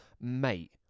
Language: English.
mate